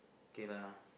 okay lah